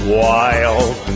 wild